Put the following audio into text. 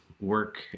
work